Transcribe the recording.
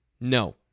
No